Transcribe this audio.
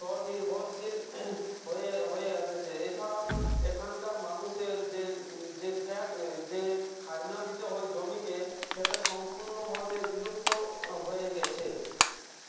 স্বনির্ভরশীল হয়ে হয়ে এসেছে এছাড়াও এখানকার মানুষের যে যে ট্যাক যে খাজনা দিতে হয় জমিকে সেটা সম্পূর্ণভাবে বিলুপ্ত হয়ে গেছে